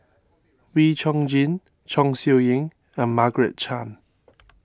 Wee Chong Jin Chong Siew Ying and Margaret Chan